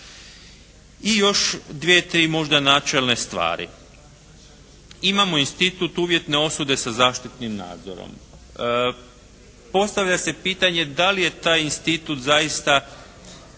I još dvije, tri možda načelne stvari. Imamo institut uvjetne osude sa zaštitnim nadzorom. Postavlja se pitanje, da li je taj institut zaista